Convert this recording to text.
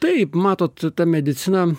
taip matot ta medicina